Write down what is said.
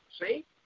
see